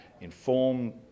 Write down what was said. inform